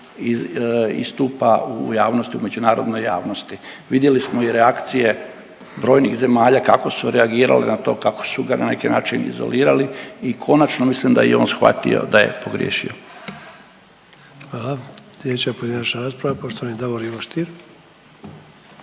istupa u javnosti, u međunarodnoj javnosti. Vidjeli smo i reakcije brojnih zemalja kako su reagirali na to, kako su ga na neki način izolirali i konačno mislim da je i on shvatio da je pogriješio. **Sanader, Ante (HDZ)** Hvala. Slijedeća pojedinačna rasprava, poštovani Davor Ivo Stier.